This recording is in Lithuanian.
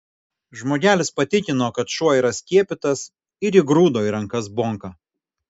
žmogelis patikino kad šuo yra skiepytas ir įgrūdo į rankas bonką